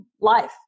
life